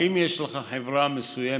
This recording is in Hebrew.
אם יש לך חברה מסוימת